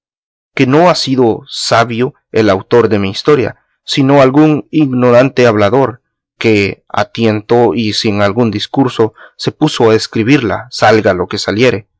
que no ha sido sabio el autor de mi historia sino algún ignorante hablador que a tiento y sin algún discurso se puso a escribirla salga lo que saliere